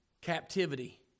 captivity